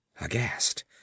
Aghast